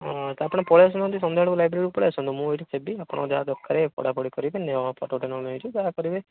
ହଁ ତ ଆପଣ ପଳେଇ ଆସୁନାହାନ୍ତି ସନ୍ଧ୍ୟା ବେଳକୁ ଲାଇବ୍ରେରୀକୁ ପଳେଇ ଆସନ୍ତୁ ମୁଁ ଏଇଠି ଥିବି ଆପଣଙ୍କ ଯାହା ଦରକାରେ ପଢ଼ା ପଢ଼ି କରିବେ ଯାହା କରିବେ